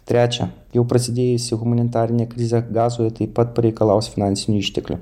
trečia jau prasidėjusi humanitarinė krizė gazoje taip pat pareikalaus finansinių išteklių